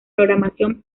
programación